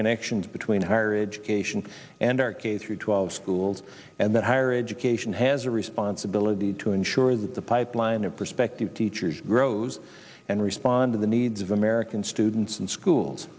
connections between higher education and arcade through twelve schools and that higher education has a responsibility to ensure that the pipeline of prospective teachers grows and respond to the needs of american students and schools